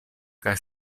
kaj